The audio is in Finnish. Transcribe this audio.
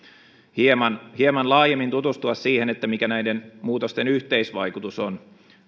hieman hieman laajemmin tutustua siihen mikä näiden muutosten yhteisvaikutus on